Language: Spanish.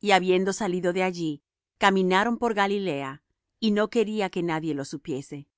y habiendo salido de allí caminaron por galilea y no quería que nadie lo supiese